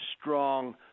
strong